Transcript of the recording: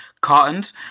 cartons